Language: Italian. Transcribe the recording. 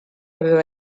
aveva